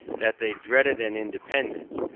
that they dreaded an independance,